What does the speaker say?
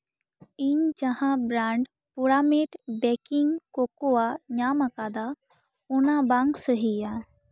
ᱤᱧ ᱡᱟᱦᱟᱸ ᱵᱨᱮᱱᱰ ᱯᱳᱲᱟᱢᱤᱴ ᱵᱮᱠᱤᱝ ᱠᱳᱠᱳᱣᱟ ᱧᱟᱢ ᱟᱠᱟᱫᱟ ᱚᱱᱟ ᱵᱟᱝ ᱥᱟᱹᱦᱤᱭᱟ